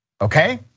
okay